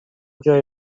جای